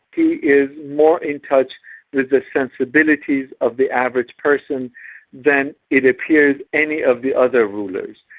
he is more in touch with the sensibilities of the average person than, it appears, any of the other rulers.